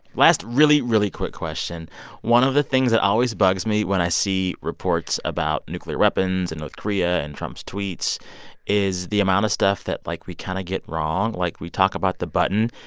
last really, really quick question one of the things that always bugs me when i see reports about nuclear weapons and north korea and trump's tweets is the amount of stuff that, like, we kind of get wrong. like, we talk about the button.